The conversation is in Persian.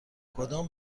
کدام